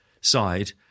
side